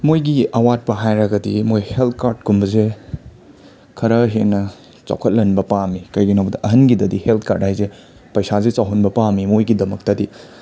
ꯃꯣꯏꯒꯤ ꯑꯋꯥꯠꯄ ꯍꯥꯏꯔꯒꯗꯤ ꯃꯣꯏ ꯍꯦꯜꯠ ꯀꯥꯔꯠꯀꯨꯝꯕꯁꯦ ꯈꯔ ꯍꯦꯟꯅ ꯆꯥꯎꯈꯠꯍꯟꯕ ꯄꯥꯝꯃꯤ ꯀꯩꯒꯤꯅꯣ ꯍꯥꯏꯕꯗ ꯑꯍꯜꯒꯤꯗꯗꯤ ꯍꯦꯜꯠ ꯀꯥꯔꯠ ꯍꯥꯏꯁꯦ ꯄꯩꯁꯥꯁꯦ ꯆꯥꯎꯍꯟꯕ ꯄꯥꯝꯃꯤ ꯃꯣꯏꯒꯤꯗꯃꯛꯇꯗꯤ